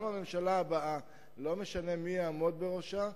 גם הממשלה הבאה, ולא משנה מי יעמוד בראשה,